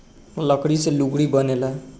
लकड़ी से लुगड़ी बनेला